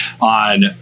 on